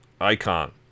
icon